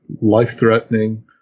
life-threatening